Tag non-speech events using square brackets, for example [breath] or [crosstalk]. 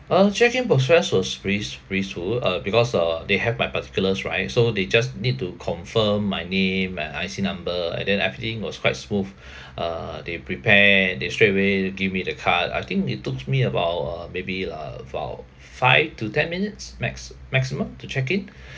uh check in process was breeze breezeful uh because uh they have my particulars right so they just need to confirm my name and I_C number and then everything was quite smooth [breath] uh they prepare they straight away give me the card I think it took me about uh maybe uh about f~ five to ten minutes max~ maximum to check in [breath]